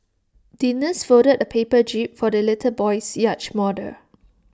the nurse folded A paper jib for the little boy's yacht model